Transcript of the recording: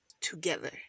together